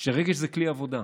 שרגש זה כלי עבודה,